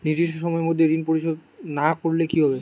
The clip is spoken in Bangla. নির্দিষ্ট সময়ে মধ্যে ঋণ পরিশোধ না করলে কি হবে?